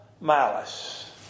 malice